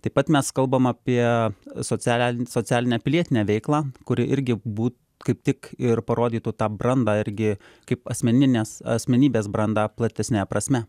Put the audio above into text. taip pat mes kalbam apie socialel socialinę pilietinę veiklą kuri irgi bū kaip tik ir parodytų tą brandą irgi kaip asmeninės asmenybės brandą platesne prasme